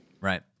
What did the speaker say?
Right